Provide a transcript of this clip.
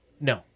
No